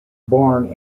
born